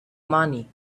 money